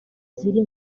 ziri